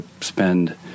spend